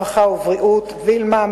הרווחה והבריאות: וילמה,